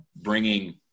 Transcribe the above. bringing